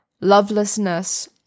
lovelessness